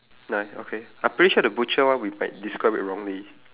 nine okay I'm pretty sure the butcher one we might describe it wrongly